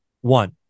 One